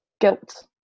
guilt